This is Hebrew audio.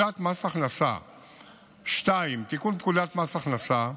2. תיקון פקודת מס הכנסה,